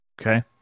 Okay